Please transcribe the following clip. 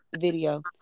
video